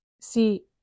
see